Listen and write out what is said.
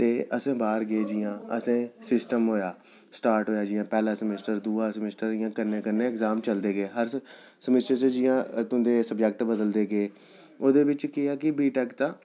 ते अस बाह्र गे जि'यां असें सिस्टम होया स्टार्ट होया जि'यां पैह्ला समिस्टर जि'यां दूआ समिस्टर इ'यां कन्नै कन्नै एग्ज़ाम चलदे गे हर समिस्टर च जि'यां तुं'दे जि'यां सब्जेक्ट बदलदे गे ओह्दे बिच केह् ऐ कि बी टेक दा